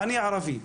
אני ערבי,